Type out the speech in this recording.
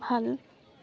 ভাল